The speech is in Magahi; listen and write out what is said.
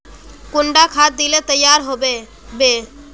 कुंडा खाद दिले तैयार होबे बे?